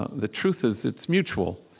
the truth is, it's mutual,